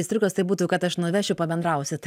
pleistriukas tai būtų kad aš nuvešiu pabendrausit